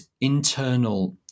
internal